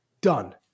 Done